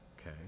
Okay